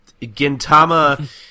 Gintama